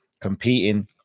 competing